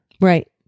Right